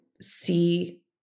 see